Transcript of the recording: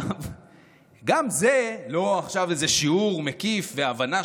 גם זה לא איזה שיעור מקיף והבנה,